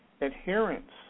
adherence